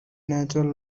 natural